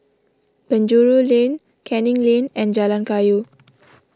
Penjuru Lane Canning Lane and Jalan Kayu